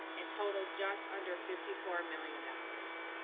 and totals just under fifty four million dollars.